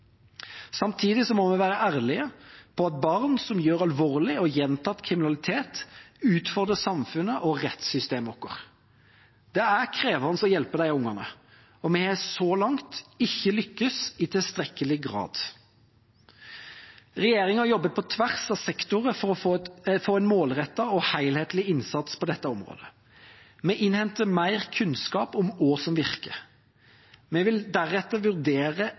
må vi være ærlige på at barn som begår alvorlig og gjentatt kriminalitet, utfordrer samfunnet og rettssystemet vårt. Det er krevende å hjelpe disse barna, og vi har så langt ikke lyktes i tilstrekkelig grad. Regjeringa jobber på tvers av sektorer for å få en målrettet og helhetlig innsats på dette området. Vi innhenter mer kunnskap om hva som virker. Vi vil deretter vurdere